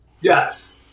Yes